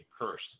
curse